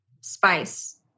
Spice